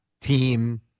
team